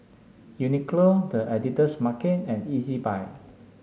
Uniqlo The Editor's Market and Ezbuy